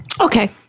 Okay